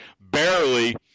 barely